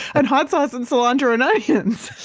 and hot sauce and cilantro and onions